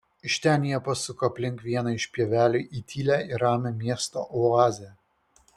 iš ten jie pasuko aplink vieną iš pievelių į tylią ir ramią miesto oazę